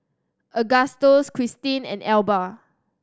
Agustus Krystin and Elba